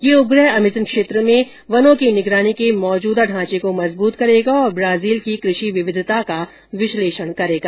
यह उपग्रह अमेजन क्षेत्र में वनों की निगरानी के मौजूद ढांचे को मजबूत करेगा और ब्राजील की कृषि विविधता का विश्लेषण करेगा